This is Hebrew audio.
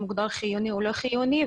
אם הוגדר חיוני או לא חיוני.